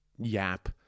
yap